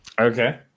Okay